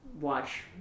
watch